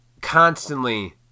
constantly